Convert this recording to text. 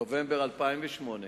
נובמבר 2008,